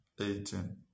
eighteen